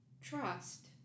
Trust